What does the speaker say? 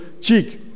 cheek